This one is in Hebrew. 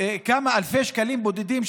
זה כמה אלפי שקלים בודדים,